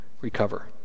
recover